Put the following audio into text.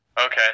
Okay